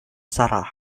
sarah